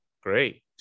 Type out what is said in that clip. Great